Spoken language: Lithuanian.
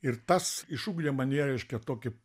ir tas išugdė manyje reiškia tokį